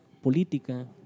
política